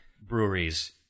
breweries